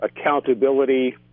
accountability